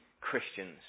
Christians